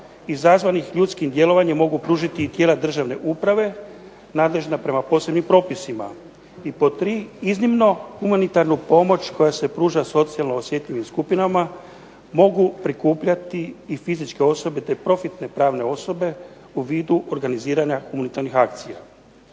izazvanih ljudskim djelovanjem mogu pružiti i tijela državne uprave nadležna prema posebnim propisima. I pod tri, iznimno humanitarnu pomoć koja se pruža socijalno osjetljivim skupinama mogu prikupljati i fizičke osobe te profitne pravne osobe u vidu organiziranja humanitarnih akcija.